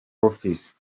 office